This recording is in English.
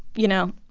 you know,